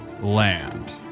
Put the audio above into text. land